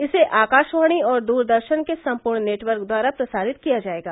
इसे आकाशवाणी और द्रदर्शन के संपूर्ण नेटवर्क द्वारा प्रसारित किया जायेगा